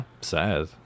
Sad